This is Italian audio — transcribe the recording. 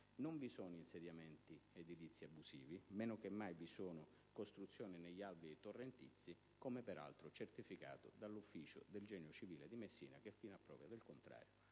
non vi sono insediamenti edilizi abusivi, meno che mai vi sono costruzioni negli alvei torrentizi, come peraltro certificato dell'Ufficio del genio civile di Messina che, fino a prova contraria,